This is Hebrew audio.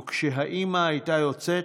וכשהאימא הייתה יוצאת,